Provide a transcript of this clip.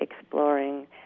exploring